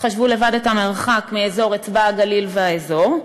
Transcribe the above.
חשבו לבד את המרחק מאזור אצבע-הגליל והאזור,